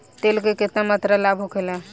तेल के केतना मात्रा लाभ होखेला?